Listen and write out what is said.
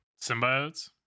symbiotes